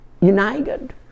united